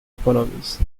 economies